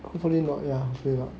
hopefully not yeah 说了